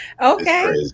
Okay